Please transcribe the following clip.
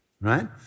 right